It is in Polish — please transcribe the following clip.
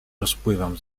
rozpływam